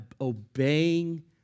obeying